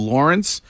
Lawrence